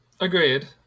agreed